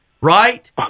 right